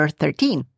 thirteen